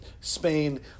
Spain